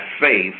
faith